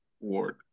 ward